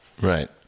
Right